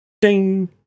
ding